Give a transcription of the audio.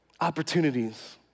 opportunities